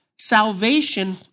Salvation